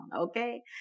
Okay